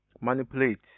manipulate